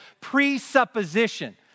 presupposition